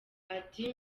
ati